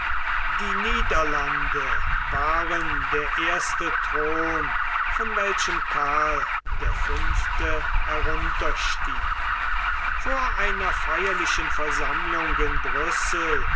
die niederlande waren der erste thron von welchem karl der fünfte herunterstieg vor einer feierlichen versammlung in brüssel